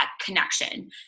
connection